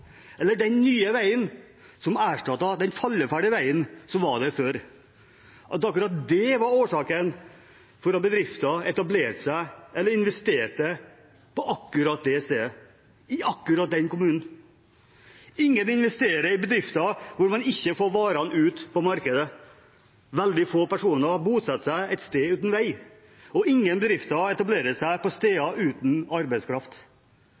eller den nye veien, som erstatter den falleferdige veien som var der før, var årsaken til at bedriften etablerte seg eller investerte på akkurat det stedet, i akkurat den kommunen. Ingen vil investere i bedrifter hvor man ikke får varene ut på markedet. Veldig få personer bosetter seg et sted uten vei, og ingen bedrifter etablerer seg på steder uten arbeidskraft.